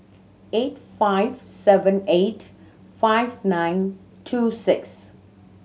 eight five seven eight five nine two six